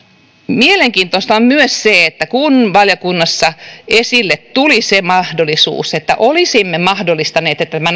mielenkiintoista on myös se että kun valiokunnassa esille tuli se mahdollisuus että olisimme mahdollistaneet että nämä